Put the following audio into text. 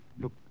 Look